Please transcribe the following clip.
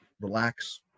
relax